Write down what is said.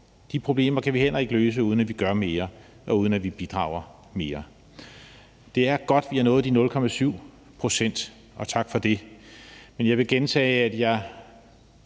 De problemer kan vi heller ikke løse, uden at vi gør mere, og uden at vi bidrager mere. Det er godt, vi har nået de 0,7 pct., og tak for det, men jeg vil gentage, at jeg